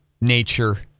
nature